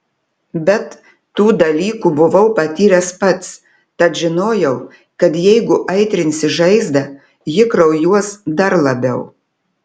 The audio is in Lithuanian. bet tų dalykų buvau patyręs pats tad žinojau kad jeigu aitrinsi žaizdą ji kraujuos dar labiau